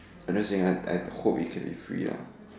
I'm just saying i hope it can be free lah